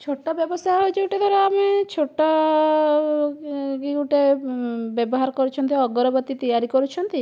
ଛୋଟ ବ୍ଯବସାୟ ହଉଛି ଗୋଟେ ଧର ଆମେ ଛୋଟ କି ଗୋଟେ ବ୍ଯବହାର କରୁଛନ୍ତି ଅଗରବତୀ ତିଆରି କରୁଛନ୍ତି